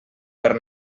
per